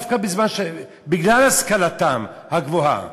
בגלל השכלתם הגבוהה.